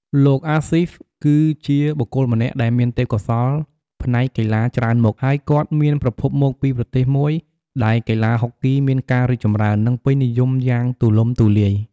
លោកអាស៊ីហ្វ គឺជាបុគ្គលម្នាក់ដែលមានទេពកោសល្យផ្នែកកីឡាច្រើនមុខ ហើយគាត់មានប្រភពមកពីប្រទេសមួយដែលកីឡាហុកគីមានការរីកចម្រើន និងពេញនិយមយ៉ាងទូលំទូលាយ។